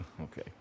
Okay